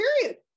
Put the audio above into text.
period